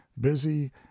busy